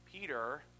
Peter